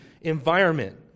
environment